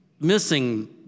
missing